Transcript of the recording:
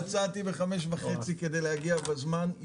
יצאתי בחמש וחצי כדי להגיע בזמן,